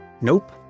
Nope